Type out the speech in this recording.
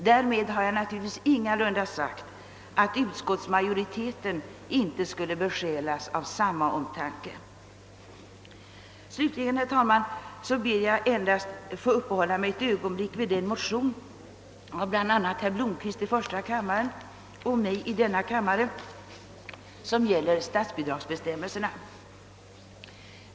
Därmed har jag naturligtvis ingalunda sagt att utskottsmajoriteten inte skulle besjälas av samma omtanke. Slutligen, herr talman, ber jag endast att få uppehålla mig ett ögonblick vid den motion av bl.a. herr Blomquist i första kammaren och mig i denna kammare, som gäller statsbidragsbestämmelserna.